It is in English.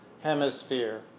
Hemisphere